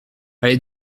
allez